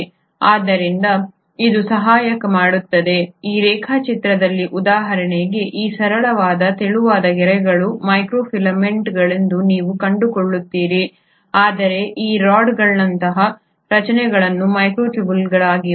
ಆದ್ದರಿಂದ ಇದು ಸಹಾಯ ಮಾಡುತ್ತದೆ ಈ ರೇಖಾಚಿತ್ರದಲ್ಲಿ ಉದಾಹರಣೆಗೆ ಈ ಸರಳವಾದ ತೆಳುವಾದ ಗೆರೆಗಳು ಮೈಕ್ರೋಫಿಲಾಮೆಂಟ್ಗಳುಎಂದು ನೀವು ಕಂಡುಕೊಳ್ಳುತ್ತೀರಿ ಆದರೆ ಈ ರಾಡ್ನಂತಹ ರಚನೆಗಳು ಮೈಕ್ರೊಟ್ಯೂಬ್ಯೂಲ್ಗಳಾಗಿವೆ